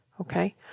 Okay